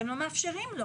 אתם לא מאפשרים לו.